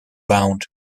bound